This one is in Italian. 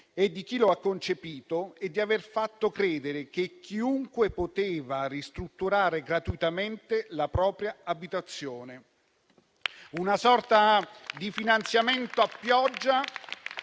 e di chi lo ha concepito, è l'aver fatto credere che chiunque potesse ristrutturare gratuitamente la propria abitazione, con una sorta di finanziamento a pioggia,